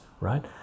right